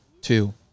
two